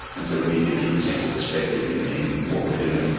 and so we need to keep a sense of perspective in in what we are doing.